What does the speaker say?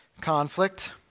Conflict